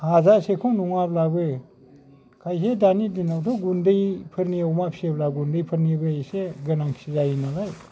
हाजासेखौ नङाब्लाबो खायसे दानि दिनावथ' गुन्दैफोरनि अमा फियोब्ला गुन्दैफोरनिबो एसे गोनांथि जायो नालाय